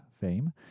fame